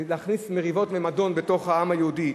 להכניס מריבות ומדון בתוך העם היהודי.